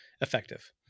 effective